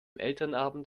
elternabend